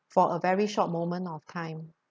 for a very short moment of time